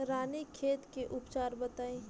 रानीखेत के उपचार बताई?